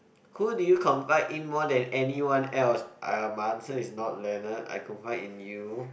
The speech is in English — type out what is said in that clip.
who do you confide in more than anyone else uh my answer is not Leonard I confide in you